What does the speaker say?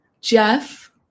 Jeff